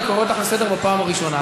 אני קורא אותך לסדר בפעם הראשונה.